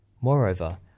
Moreover